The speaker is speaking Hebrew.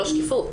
שקיפות.